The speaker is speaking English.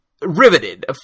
riveted